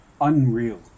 Unreal